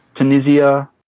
Tunisia